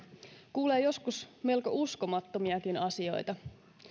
kuulee joskus melko uskomattomiakin asioita